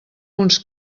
uns